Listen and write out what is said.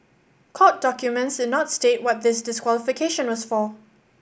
court documents did not state what this disqualification was for